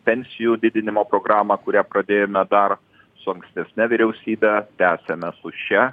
pensijų didinimo programą kurią pradėjome dar su ankstesne vyriausybe tęsiame su šia